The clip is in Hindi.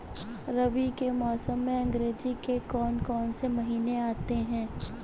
रबी के मौसम में अंग्रेज़ी के कौन कौनसे महीने आते हैं?